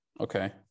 Okay